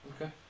Okay